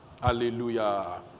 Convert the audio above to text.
Hallelujah